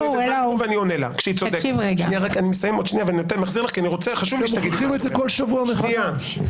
אתם מוכיחים את זה כל שבוע מחדש.